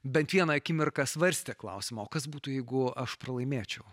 bent vieną akimirką svarstė klausimą o kas būtų jeigu aš pralaimėčiau